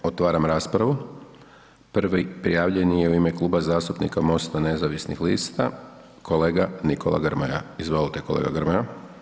Ako ne, otvaram raspravu, prvi prijavljeni je u ime Kluba zastupnika MOST-a nezavisnih lista kolega Nikola Grmoja, izvolite kolega Grmoja.